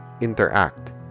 interact